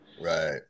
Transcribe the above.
Right